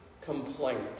complaint